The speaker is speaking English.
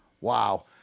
wow